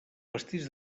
pastís